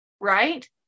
right